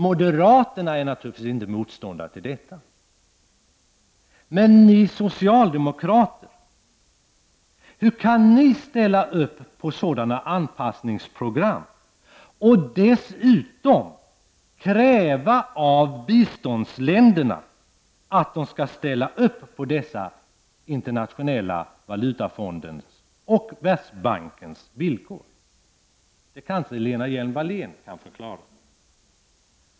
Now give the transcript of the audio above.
Moderaterna är naturligtvis inte motståndare till detta. Men hur kan socialdemokraterna ställa sig bakom sådana anpassningsprogram och dessutom kräva av biståndsländerna att de skall ställa sig bakom dessa villkor från Internationella valutafonden och Världsbanken. Detta kan kanske Lena Hjelm-Wallén förklara.